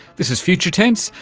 this is future tense,